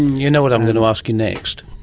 you know what i'm going to ask you next?